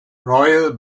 royal